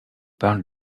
parle